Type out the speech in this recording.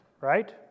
right